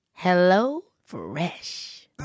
HelloFresh